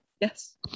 Yes